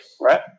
right